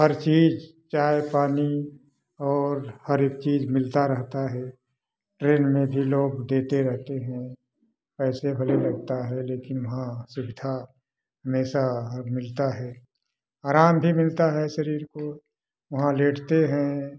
हर चीज चाय पानी और हर एक चीज मिलता रहता है ट्रेन में भी लोग देते रहेते हैं पैसे भले लगता है लेकिन वहाँ सुविधा हमेशा हमें मिलता है आराम भी मिलता है शरीर को वहाँ लेटते हैं